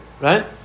Right